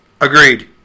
Agreed